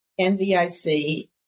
NVIC